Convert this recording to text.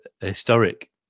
historic